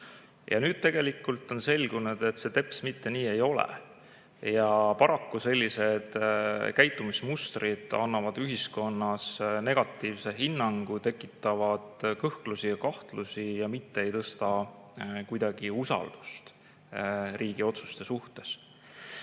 nüüd on selgunud, et see teps mitte nii ei ole. Paraku sellised käitumismustrid annavad ühiskonnas negatiivse hinnangu, need tekitavad kõhklusi ja kahtlusi, mitte ei tõsta kuidagi usaldust riigi otsuste vastu.